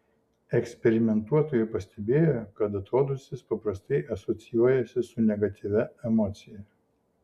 eksperimentuotojai pastebėjo kad atodūsis paprastai asocijuojasi su negatyvia emocija